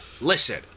listen